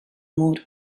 mur